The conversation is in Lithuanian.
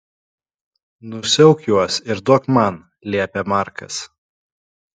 nusiauk juos ir duok man liepia markas